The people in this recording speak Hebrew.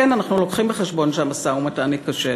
כן, אנחנו מביאים בחשבון שהמשא-ומתן ייכשל.